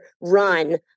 run